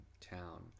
town